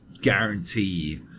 guarantee